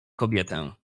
kobietę